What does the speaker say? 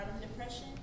depression